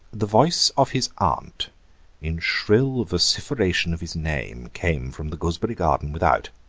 the voice of his aunt in shrill vociferation of his name came from the gooseberry garden without.